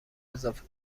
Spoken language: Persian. اضافه